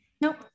Nope